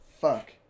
fuck